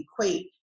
equate